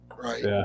right